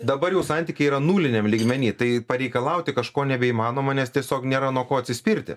dabar jau santykiai yra nuliniam lygmeny tai pareikalauti kažko nebeįmanoma nes tiesiog nėra nuo ko atsispirti